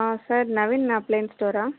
ah sir Naveen appliances ஸ்டோரா